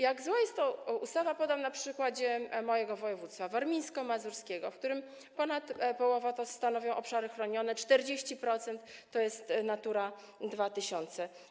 Jak zła jest to ustawa, podam na przykładzie mojego województwa, warmińsko-mazurskiego, w którym ponad połowę obszarów stanowią obszary chronione, 40% to obszary Natura 2000.